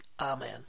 Amen